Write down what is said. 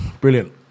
Brilliant